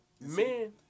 men